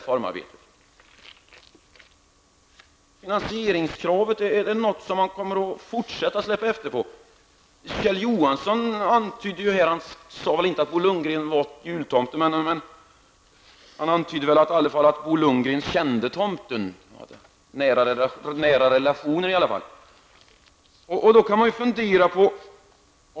Finansieringskravet är något som man kommer att fortsätta släppa efter på. Kjell Johansson sade visserligen inte att Bo Lundgren var jultomten, men han antydde i varje fall att Bo Lundgren kände tomten eller hade nära relationer.